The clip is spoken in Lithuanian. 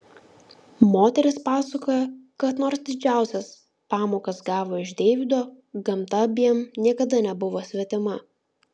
moteris pasakoja kad nors didžiausias pamokas gavo iš deivido gamta abiem niekada nebuvo svetima